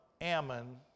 Ammon